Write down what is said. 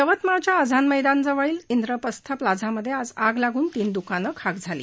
यवतमाळच्या आझाद मैदान जवळील इंद्रप्रस्थ प्लाझामध्ये आज आग लागून तीन द्कानं खाक झाली